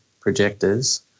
projectors